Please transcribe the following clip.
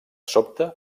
sobte